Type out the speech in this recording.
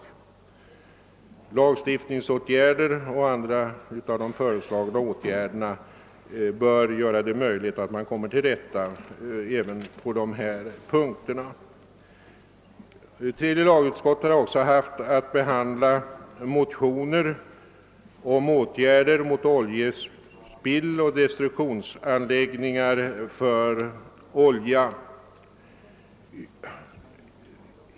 De föreslagna åtgärderna bör göra det möjligt att komma till rätta med problemen även på denna punkt. Tredje lagutskottet har också haft att behandla motioner om åtgärder mot oljespill och om destruktionsanläggningar för olja.